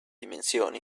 dimensioni